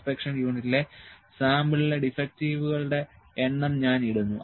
inspection യൂണിറ്റുകളിലെ സാമ്പിളിലെ ഡിഫക്റ്റീവുകളുടെ എണ്ണം ഞാൻ ഇടുന്നു